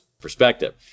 perspective